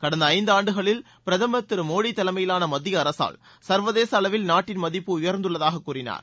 கடந்த ஐந்தாண்டுகளில் பிரதமர் திரு மோடி தலைமையிலான மத்திய அரசால் சர்வதேச அளவில் நாட்டின் மதிப்பு உயர்ந்துள்ளதாக கூறினார்